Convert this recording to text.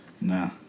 No